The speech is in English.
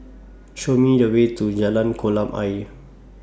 Show Me The Way to Jalan Kolam Ayer